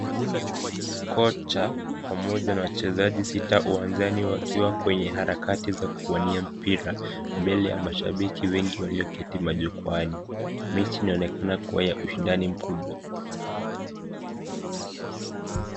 Kocha pamoja na wachezaji sita uwanjani wakiwa kwenye harakati za kuwania mpira mbele ya mashabiki wengi walioketi majukwani, mechi inaonekana kuwa ya ushindani mkubwa.